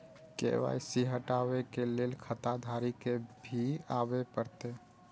KYC हटाबै के लैल खाता धारी के भी आबे परतै?